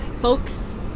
Folks